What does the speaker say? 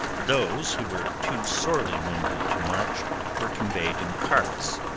those who were too sorely wounded to march were conveyed in carts,